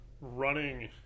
running